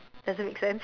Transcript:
does it make sense